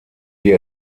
die